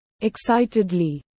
Excitedly